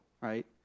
Right